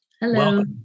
hello